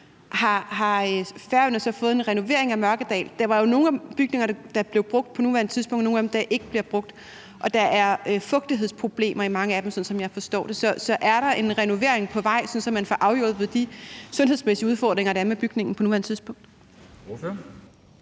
Har Færøerne så fået en renovering af Mørkedal? Der er jo nogle af bygningerne, der bliver brugt på nuværende tidspunkt, og der er nogle, der ikke bliver brugt, og så er der fugtighedsproblemer i mange af bygningerne, sådan som jeg forstår det. Er der en renovering på vej, så man får afhjulpet de sundhedsmæssige udfordringer, der er med bygningerne på nuværende tidspunkt?